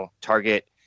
target